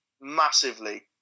Massively